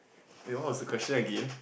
eh what was the question again